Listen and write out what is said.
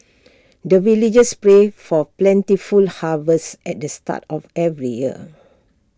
the villagers pray for plentiful harvest at the start of every year